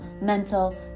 mental